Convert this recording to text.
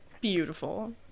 beautiful